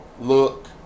look